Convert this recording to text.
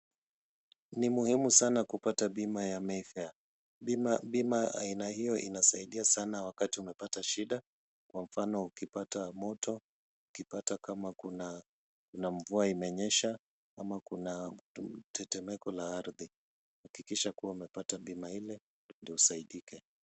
Ni muhimu sana kupata bima ya afya. Bima ina yeye inasaidia wakati umepata shida kwa mfano ukipata moto ama ukipata kuwa mvua imenyesha ama kuna mtetemeko wa ardhi . Hakikisha kuwa umepata bima ile ndio usaidike.